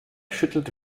schüttelt